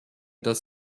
dass